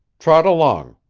trot along.